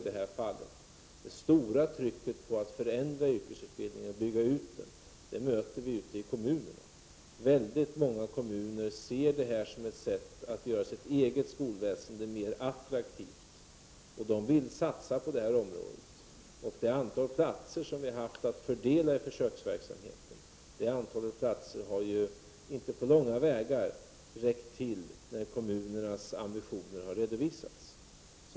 Det stora trycket på att förändra yrkesutbildningen och bygga ut den möter vi i kommunerna. I många kommuner ser man detta som ett sätt att göra sitt eget skolväsende mera attraktivt. Kommunerna vill satsa på det här området. Det antal platser som vi har haft att fördela i försöksverksamheten har inte på långa vägar räckt till när kommunernas ambitioner har redovisats.